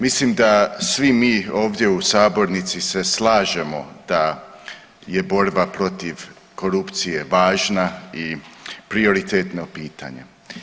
Mislim da svi mi ovdje u sabornici se slažemo da je borba protiv korupcije važna i prioritetno pitanje.